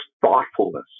thoughtfulness